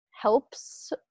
helps